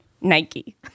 Nike